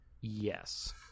Yes